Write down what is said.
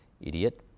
idiot